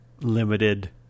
limited